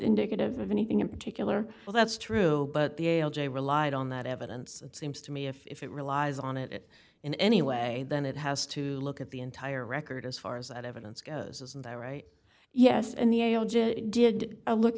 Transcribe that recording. indicative of anything in particular well that's true but the l j relied on that evidence seems to me if it relies on it in any way then it has to look at the entire record as far as that evidence goes isn't that right yes and the a l j did a look